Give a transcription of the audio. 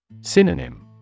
Synonym